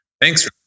Thanks